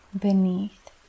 beneath